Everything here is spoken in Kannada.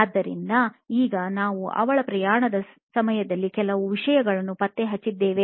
ಆದ್ದರಿಂದ ಈಗ ನಾವು ಅವಳ ಪ್ರಯಾಣದ ಸಮಯದಲ್ಲಿ ಕೆಲವು ವಿಷಯಗಳನ್ನು ಪತ್ತೆ ಹಚ್ಚಿದ್ದೇವೆ